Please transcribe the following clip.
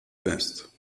west